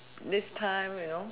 this time you know